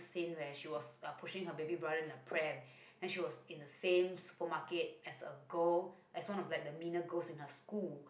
scene where she was uh pushing her baby brother in the pram then she was in the same supermarket as a girl as one of like the meaner girls in her school